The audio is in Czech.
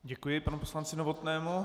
Děkuji panu poslanci Novotnému.